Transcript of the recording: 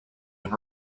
been